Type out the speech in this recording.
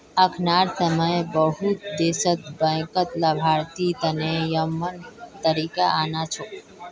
अखनार समय बहुत देशत बैंकत लाभार्थी तने यममन तरीका आना छोक